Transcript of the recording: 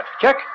Check